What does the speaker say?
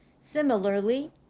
Similarly